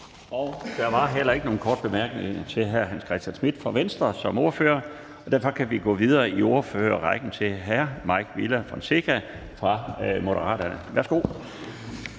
Der er heller ikke nogen korte bemærkninger til hr. Hans Christian Schmidt som ordfører for Venstre. Derfor kan vi gå videre i ordførerrækken til hr. Mike Villa Fonseca fra Moderaterne. Værsgo.